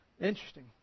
Interesting